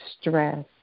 stress